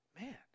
man